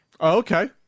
okay